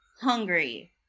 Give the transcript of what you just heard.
hungry